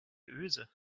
öse